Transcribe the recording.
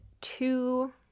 two